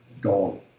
gone